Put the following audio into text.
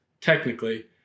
technically